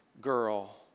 girl